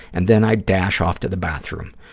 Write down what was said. and then i dash off to the bathroom.